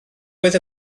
oedd